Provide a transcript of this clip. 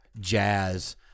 jazz